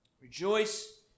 Rejoice